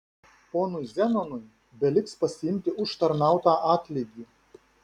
ponui zenonui beliks pasiimti užtarnautą atlygį